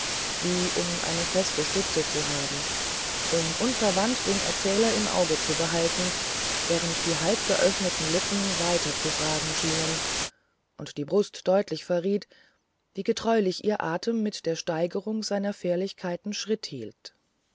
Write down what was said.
wie um eine feste stütze zu haben um unverwandt den erzähler im auge zu behalten während die halbgeöffneten lippen weiter zu fragen schienen und die brust deutlich verriet wie getreulich ihr atem mit der steigerung seiner fährlichkeiten schritt hielt